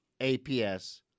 APS